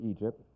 Egypt